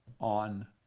on